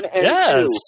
Yes